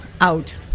out